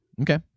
Okay